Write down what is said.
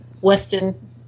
Weston